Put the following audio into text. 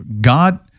God